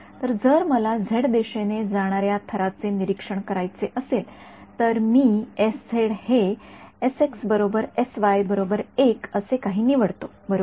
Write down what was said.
तर जर मला झेड दिशेने जाणाऱ्या थराचे निरीक्षण करायचे असेल तर मी हे असे काही निवडतो बरोबर